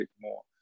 more